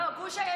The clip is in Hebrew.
לא, גוש הימין,